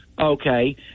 okay